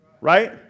right